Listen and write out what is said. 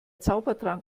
zaubertrank